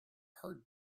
hard